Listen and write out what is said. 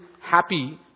happy